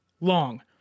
long